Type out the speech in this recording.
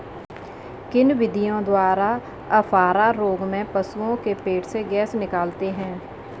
किन विधियों द्वारा अफारा रोग में पशुओं के पेट से गैस निकालते हैं?